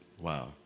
wow